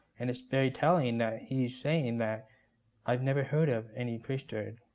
and it's very telling that he's saying that i've never heard of any priesthood